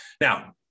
Now